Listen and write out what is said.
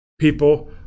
People